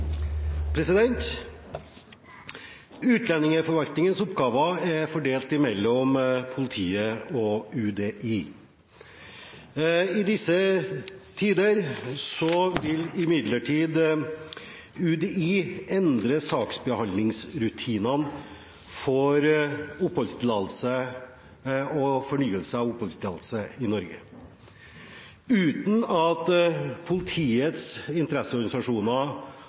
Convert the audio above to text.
Utlendingsforvaltningens oppgaver er fordelt mellom politiet og UDI. I disse tider vil imidlertid UDI endre saksbehandlingsrutinene for oppholdstillatelse og fornyelse av oppholdstillatelse i Norge, uten at politiets interesseorganisasjoner